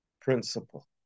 principle